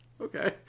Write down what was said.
Okay